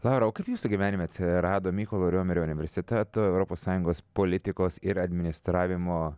laura o kaip jūsų gyvenime atsirado mykolo riomerio universiteto europos sąjungos politikos ir administravimo